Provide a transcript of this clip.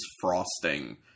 frosting